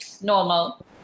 normal